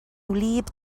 wlyb